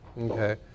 okay